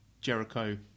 Jericho